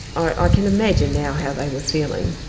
i can imagine now how they were feeling,